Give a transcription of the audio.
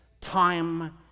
time